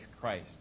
Christ